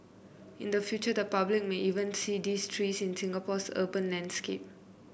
in the future the public may even see these trees in Singapore's urban landscape